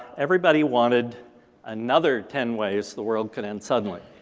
everybody wanted another ten ways the world could end suddenly.